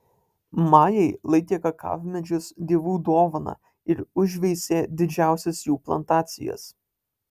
majai laikė kakavmedžius dievų dovana ir užveisė didžiausias jų plantacijas